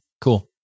Cool